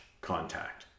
contact